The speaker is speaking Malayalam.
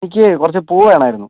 എനിക്ക് കുറച്ച് പൂ വേണമായിരുന്നു